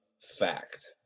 fact